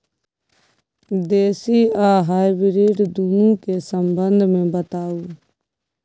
देसी आ हाइब्रिड दुनू के संबंध मे बताऊ?